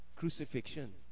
crucifixion